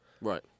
Right